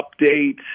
update